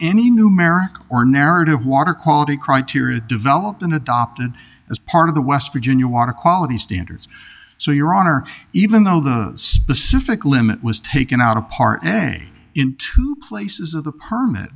any numerical or narrative water quality criteria development adopted as part of the west virginia water quality standards so your honor even though the specific limit was taken out of part way in two places of the permit